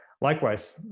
Likewise